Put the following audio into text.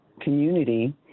community